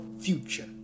future